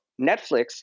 Netflix